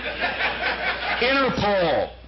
Interpol